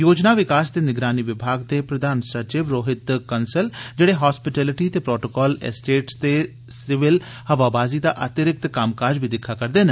योजना विकास ते निगरानी विभाग दे प्रधान सचिव रोहित कंसल जेह्ड़े हासपीलीटी ते प्रोटोकाल एस्टेट ते सिविल हवाबाजी दा अतिरिक्त कम्मकाज बी दिक्खा करदे न